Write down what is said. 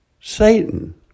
Satan